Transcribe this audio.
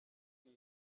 imwe